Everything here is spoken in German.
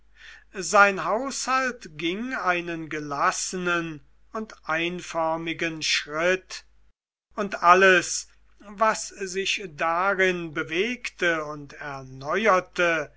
sein haushalt ging einen gelassenen und einförmigen schritt und alles was sich darin bewegte und erneuerte